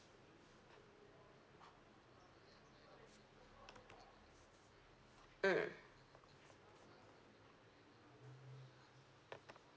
mm